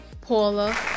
Paula